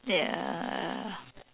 ya